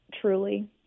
Truly